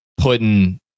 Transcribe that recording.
putting